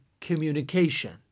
communication